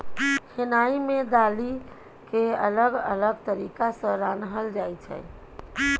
खेनाइ मे दालि केँ अलग अलग तरीका सँ रान्हल जाइ छै